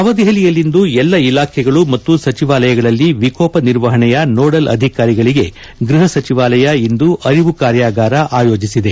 ನವದೆಹಲಿಯಲ್ಲಿಂದು ಎಲ್ಲ ಇಲಾಖೆಗಳು ಮತ್ತು ಸಚಿವಾಲಯಗಳಲ್ಲಿ ವಿಕೋಪ ನಿರ್ವಹಣೆಯ ನೋಡಲ್ ಅಧಿಕಾರಿಗಳಿಗೆ ಗ್ಬಹ ಸಚಿವಾಲಯ ಇಂದು ಅರಿವು ಕಾರ್ಯಾಗಾರ ಆಯೋಜಿಸಿದೆ